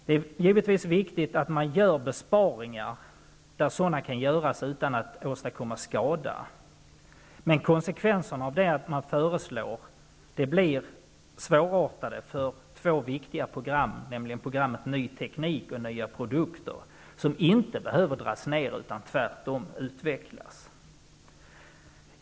Det är givetvis viktigt att man gör besparingar där sådana kan göras utan att åstadkomma skada. Men konsekvenserna av det man föreslår blir svårartade för två viktiga program, nämligen programmen Ny teknik och Nya produkter, som inte behöver dras ner utan tvärtom behöver utvecklas.